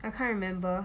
I can't remember